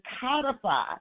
codify